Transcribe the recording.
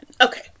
Okay